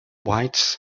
weitz